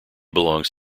belongs